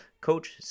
Coach